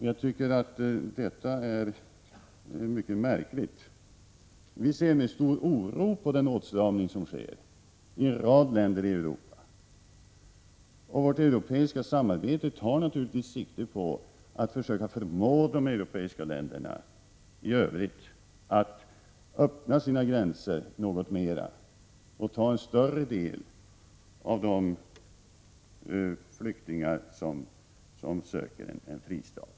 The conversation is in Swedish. Jag finner detta mycket märkligt. Vi ser med stor oro på den åtstramning som sker i en rad länder i Europa. Vårt europeiska samarbete tar naturligtvis sikte på att — Prot. 1986/87:119 försöka förmå de europeiska länderna i övrigt att öppna sina gränser något 8 maj 1987 mera och ta emot en större del av de flyktingar som söker en fristad.